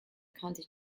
county